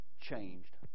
changed